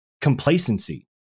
complacency